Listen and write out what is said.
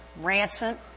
rancid